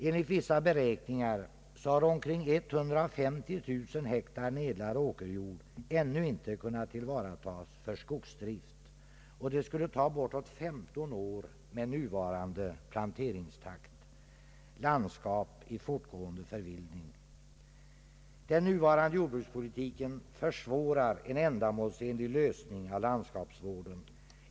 Enligt vissa beräkningar har omkring 150 000 hektar nedlagd åkerjord ännu inte kunnat tillvaratas för skogsdrift — och det skulle ta bortåt 15 år med nuvarande planteringstakt. Landskap i fortgående förvildning! Den nuvarande jordbrukspolitiken försvårar en ändamålsenlig lösning av landskapsvården.